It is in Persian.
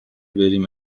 بریم